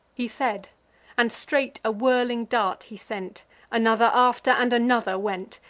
he said and straight a whirling dart he sent another after, and another went.